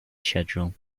schedule